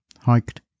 hiked